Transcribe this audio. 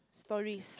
stories